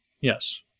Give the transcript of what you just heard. Yes